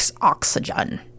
oxygen